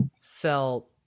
felt